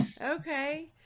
Okay